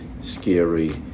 scary